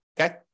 okay